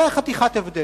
זה החתיכת הבדל.